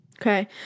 Okay